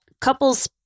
couples